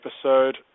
episode